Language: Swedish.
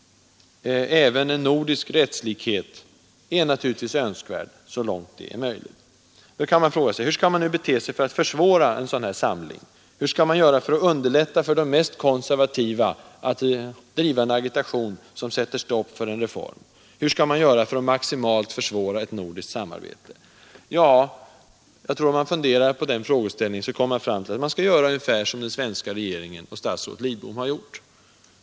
Även en nordisk rättslikhet är naturligtvis önskvärd så långt det är möjligt. Då kan man fråga sig: Hur skall man nu bete sig för att försvåra en sådan här samling? Hur skall man göra för att underlätta för de mest konservativa att driva en agitation som sätter stopp för en reform? Hur skall man göra för att maximalt försvåra ett nordiskt samarbete? Funderar man på den frågeställningen tror jag man kommer fram till att man skall göra ungefär så som den svenska regeringen och statsrådet Lidbom har gjort.